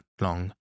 long